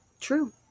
true